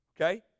Okay